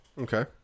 Okay